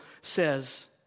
says